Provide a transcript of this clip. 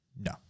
No